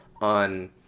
on